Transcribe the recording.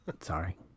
Sorry